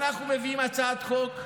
אנחנו מביאים הצעת חוק,